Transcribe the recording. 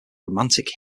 romantic